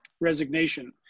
resignation